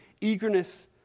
eagerness